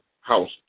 house